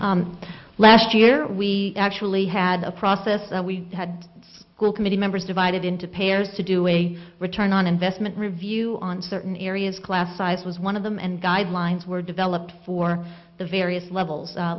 the last year we actually had a process that we had go committee members divided into pairs to do a return on investment review on certain areas class size was one of them and guidelines were developed for the various levels